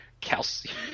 calcium